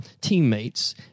teammates